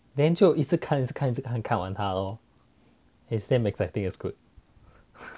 then 就一直看一直看一直看看完它 loh is damn exciting and good